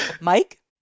Mike